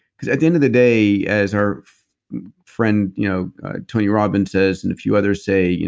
because at the end of the day, as our friend you know tony robbins says, and a few others say,